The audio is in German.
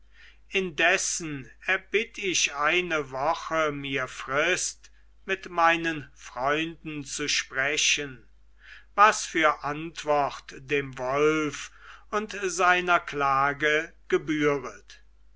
indessen erbitt ich eine woche mir frist mit meinen freunden zu sprechen was für antwort dem wolf und seiner klage gebühret